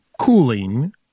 Cooling